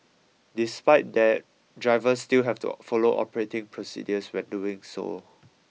despite that drivers still have to follow operating procedures when doing so